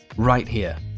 right here.